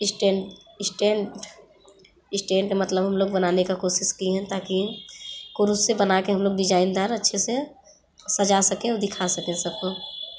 stand stand stand मतलब हम लोग बनाने का कोशिश किए है ताकि कुरूष से बना कर डिजाइन दार अच्छे से सजा सकें दिखा सकें सब को